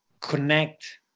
connect